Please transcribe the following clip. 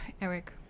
Eric